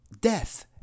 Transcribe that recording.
death